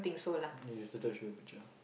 ya yesterday I show you picture